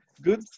good